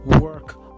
work